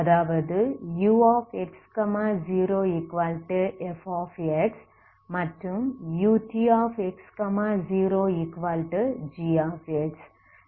அதாவது ux0f மற்றும் and utx0g